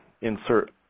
insert